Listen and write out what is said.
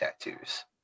tattoos